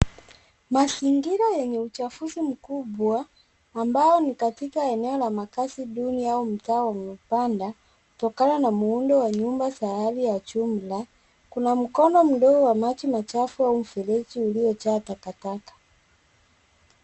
Mazingira yenye uchafuzi mkubwa, ambayo ni katika eneo la makazi duni, au mtaa wa mabanda, kutokana na muundo wa nyumba za hali ya jumla. Kuna mkondo mdogo wa maji machafu, au mfereji uliojaa takataka.